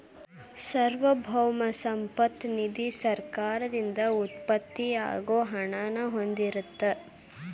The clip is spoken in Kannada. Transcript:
ಸಾರ್ವಭೌಮ ಸಂಪತ್ತ ನಿಧಿ ಸರ್ಕಾರದಿಂದ ಉತ್ಪತ್ತಿ ಆಗೋ ಹಣನ ಹೊಂದಿರತ್ತ